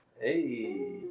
Hey